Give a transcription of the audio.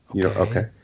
Okay